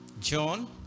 John